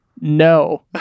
no